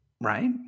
right